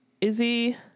Izzy